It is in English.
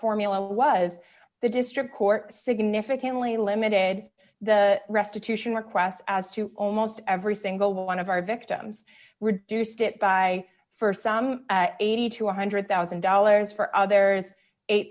formula was the district court significantly limited the restitution request as to almost every single one of our victims reduced it by for some eighty to one one hundred thousand dollars for others eight